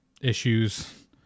issues